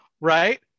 right